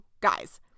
guys